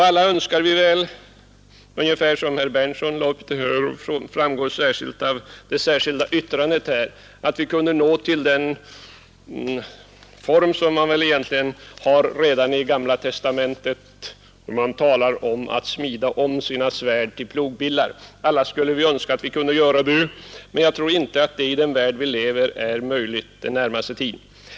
Alla önskar, på samma sätt som det kom till uttryck i herr Berndtsons anförande och även i det särskilda yttrandet, att vi kunde — som det sägs redan i Gamla testamentet — smida om våra svärd till plogbillar, men jag tror inte att det i den värld vi lever i är möjligt den närmaste tiden.